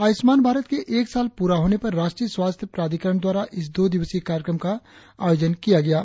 आयुष्मान भारत के एक साल पूरा होने पर राष्ट्रीय स्वास्थ्य प्राधिकरण द्वारा इस दो दिवसीय कार्यक्रम का आयोजन किया गया है